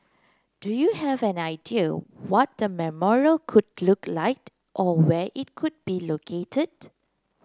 do you have an idea what the memorial could look like or where it could be located